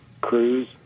cruise